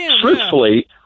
truthfully